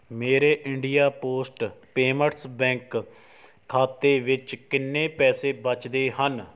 ਮੇਰੇ India post payments bank ਖਾਤੇ ਵਿੱਚ ਕਿੰਨੇ ਪੈਸੇ ਬਚਦੇ ਹਨ